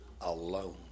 alone